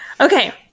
Okay